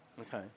okay